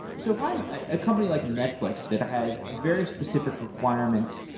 so if i'm at a company like netflix that has very specific requirements,